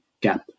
gap